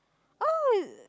oh